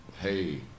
hey